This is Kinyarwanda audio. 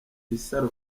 isaro